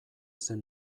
zen